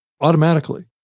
automatically